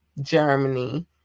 Germany